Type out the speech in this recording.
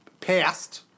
Passed